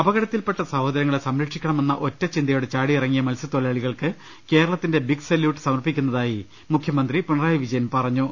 അപകടത്തിൽപ്പെട്ട സഹോദരങ്ങളെ സംരക്ഷിക്കണമെന്ന ഒറ്റ ചിന്തയോടെ ചാടിയിറങ്ങിയ മത്സ്യത്തൊഴിലാളികൾക്ക് കേരളത്തിന്റെ ബിഗ് സല്യൂട്ട് സമർപ്പിക്കുന്നതായി മുഖ്യമന്ത്രി പിണ്റായി വിജയൻ പറഞ്ഞു